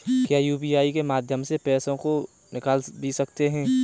क्या यू.पी.आई के माध्यम से पैसे को निकाल भी सकते हैं?